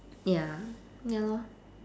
ya ya lor